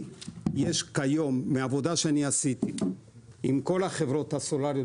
מעבודה שעשיתי עם כל החברות הסלולאריות